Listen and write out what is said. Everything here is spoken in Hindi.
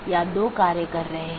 जिसके माध्यम से AS hops लेता है